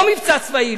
לא מבצע צבאי,